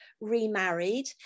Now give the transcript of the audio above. remarried